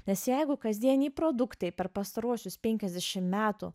nes jeigu kasdieniai produktai per pastaruosius penkiasdešim metų